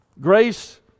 Grace